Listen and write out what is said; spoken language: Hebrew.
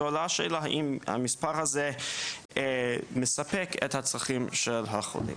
ועולה השאלה האם המספר הזה מספק את הצרכים של החולה.